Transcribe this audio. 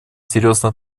серьезно